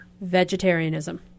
Vegetarianism